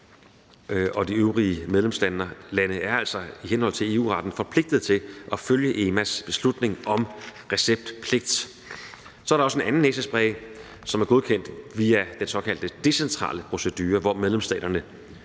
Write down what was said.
de øvrige medlemslande er altså i henhold til EU-retten forpligtet til at følge EMA's beslutning om receptpligt. Så er der også en anden næsespray, som er godkendt via den såkaldte decentrale procedure, hvor medlemsstaterne